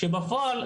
שבפועל,